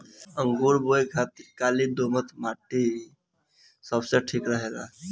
अंगूर बोए खातिर काली दोमट माटी सबसे ठीक रहेला